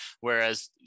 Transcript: Whereas